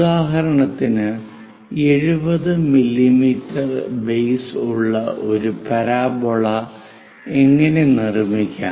ഉദാഹരണത്തിന് 70 millimetre base ഉള്ള ഒരു പരാബോള എങ്ങനെ നിർമ്മിക്കാം